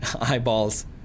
eyeballs